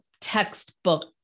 textbook